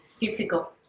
difficult